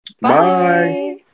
Bye